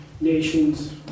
nation's